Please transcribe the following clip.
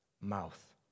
mouth